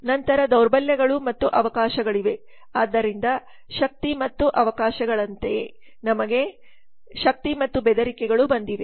ನಂತರ ದೌರ್ಬಲ್ಯಗಳು ಮತ್ತು ಅವಕಾಶಗಳಿವೆ ಆದ್ದರಿಂದ ಶಕ್ತಿ ಮತ್ತು ಅವಕಾಶಗಳಂತೆಯೇ ನಂತರ ನಮಗೆ ಶಕ್ತಿ ಮತ್ತು ಬೆದರಿಕೆಗಳು ಬಂದಿವೆ